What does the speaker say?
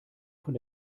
von